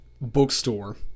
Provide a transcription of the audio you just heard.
bookstore